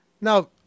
now